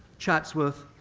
chatsworth,